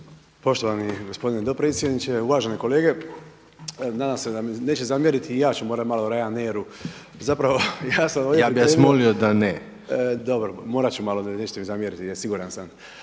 Poštovani gospodine dopredsjedniče, uvažene kolege. Nadam se da mi neće zamjeriti i ja ću morati malo o Ryanairu, zapravo … /Upadica Reiner: Ja bih vas molio da ne./ … dobro morat ću malo nećete mi zamjeriti siguran sam.